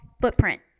footprint